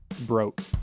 Broke